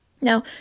Now